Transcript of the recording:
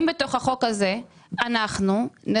בכל אופן אני